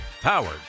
Powered